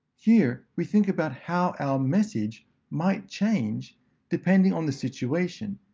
here, we think about how our message might change depending on the situation,